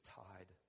tied